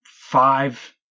five